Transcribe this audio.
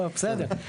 לא, בסדר.